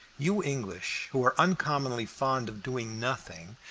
you english, who are uncommonly fond of doing nothing,